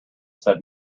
said